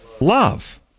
love